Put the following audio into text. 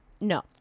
No